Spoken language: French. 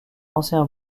ancien